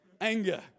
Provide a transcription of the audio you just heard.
anger